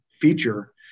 feature